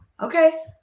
Okay